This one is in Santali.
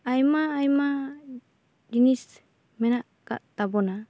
ᱟᱭᱢᱟ ᱟᱭᱢᱟ ᱡᱤᱱᱤᱥ ᱢᱮᱱᱟᱜ ᱟᱠᱟᱫ ᱛᱟᱵᱚᱱᱟ